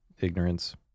Ignorance